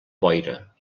boira